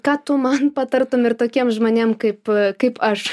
ką tu man patartum ir tokiem žmonėm kaip kaip aš